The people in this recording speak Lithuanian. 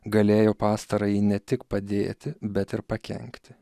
galėjo pastarąjį ne tik padėti bet ir pakenkti